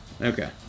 Okay